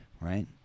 right